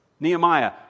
Nehemiah